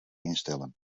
instellen